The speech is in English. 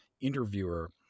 interviewer